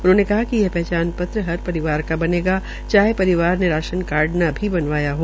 उन्होंने कहा कि ये पहचान पत्र हर परिवार को बनेगा चाहे परिवार ने राशन कार्ड न भी बनवाया हो